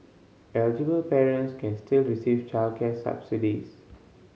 eligible parents can still receive childcare subsidies